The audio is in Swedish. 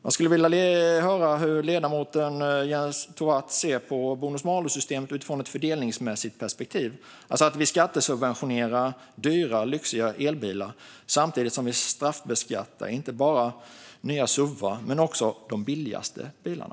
Jag skulle vilja höra hur ledamoten Jens Tovatt ser på bonus-malus-systemet utifrån ett fördelningsperspektiv. Vi skattesubventionerar dyra, lyxiga elbilar samtidigt som vi straffbeskattar inte bara nya suvar utan också de billigaste bilarna.